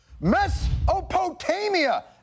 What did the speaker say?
Mesopotamia